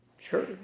sure